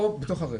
או בתוך הרכב.